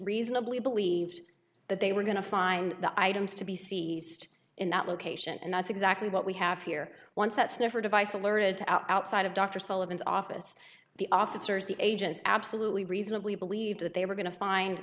reasonably believed that they were going to find the items to be seized in that location and that's exactly what we have here once that sniffer device alerted outside of dr sullivan's office the officers the agents absolutely reasonably believed that they were going to find